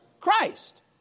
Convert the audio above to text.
Christ